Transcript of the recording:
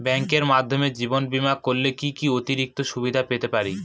ব্যাংকের মাধ্যমে জীবন বীমা করলে কি কি অতিরিক্ত সুবিধে পেতে পারি?